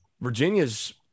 Virginia's